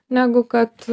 negu kad